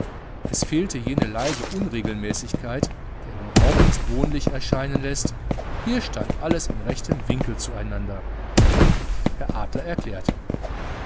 es fehlte jene leise unregelmäßigkeit die einen raum erst wohnlich erscheinen läßt hier stand alles in rechtem winkel zueinander herr adler erklärte